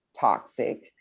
toxic